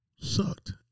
sucked